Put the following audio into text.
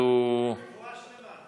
רפואה שלמה.